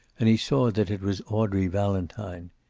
and he saw that it was audrey valentine.